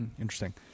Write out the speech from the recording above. Interesting